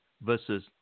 versus